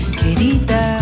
querida